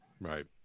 right